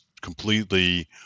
completely